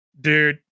dude